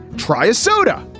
try a soda.